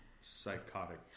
psychotic